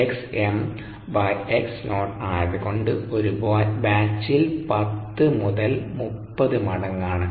XmXo ആയത്കൊണ്ട് ഒരു ബാച്ചിൽ 10 30 മടങ്ങാണ്